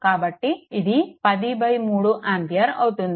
కాబట్టి ఇది 10 3 ఆంపియర్ అవుతుంది